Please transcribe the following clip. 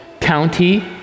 county